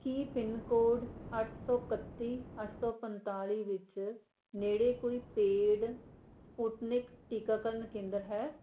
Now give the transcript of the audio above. ਕੀ pin code ਅੱਠ ਸੌ ਕੱਤੀ ਅੱਠ ਸੌ ਪੰਨਤਾਲੀ ਵਿੱਚ ਨੇੜੇ ਕੋਈ ਪੇਡ ਸਪੁਟਨਿਕ ਟੀਕਾਕਰਨ ਕੇਂਦਰ ਹੈ